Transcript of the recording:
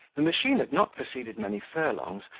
the machine had not proceeded many furlongs,